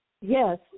Yes